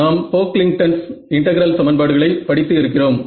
நாம் போக்லிங்க்டன்ஸ் இன்டெகிரல் சமன்பாடுகளை படித்து இருக்கிறோம்